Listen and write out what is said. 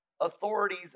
authorities